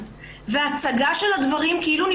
ואם אתם רוצות או רוצים לבצע עסקת טיעון